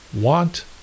want